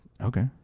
Okay